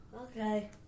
Okay